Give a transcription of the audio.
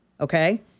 okay